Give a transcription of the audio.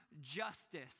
justice